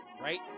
Right